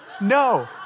no